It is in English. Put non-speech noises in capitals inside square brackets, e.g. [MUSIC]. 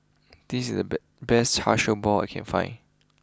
this is the [UNINTELLIGIBLE] best Char Siew Bao I can find